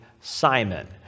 Simon